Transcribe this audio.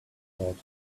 hot